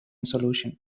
solution